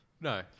No